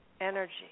energy